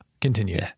Continue